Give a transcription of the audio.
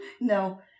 No